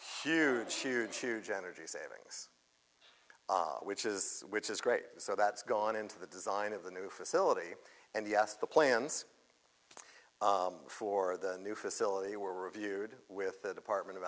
huge huge huge energy savings which is which is great so that's gone into the design of the new facility and yes the plans for the new facility were reviewed with the department of